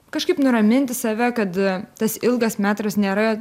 kažkaip nuraminti save kad tas ilgas metras nėra